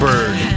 Bird